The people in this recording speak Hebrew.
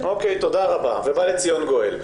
אוקיי, תודה רבה, ובא לציון גואל.